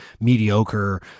mediocre